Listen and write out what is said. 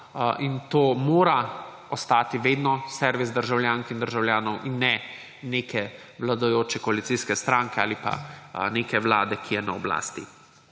To mora ostati vedno servis državljank in državljanov in ne neke vladajoče koalicijske stranke ali pa neke vlade, ki je na oblasti.